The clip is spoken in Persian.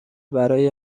برای